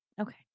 okay